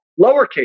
lowercase